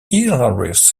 hilarious